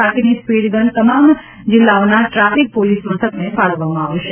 બાકીની speed gun તમામ જિલ્લાઓના ટ્રાફિક પોલીસ મથકને ફાળવવામાં આવશે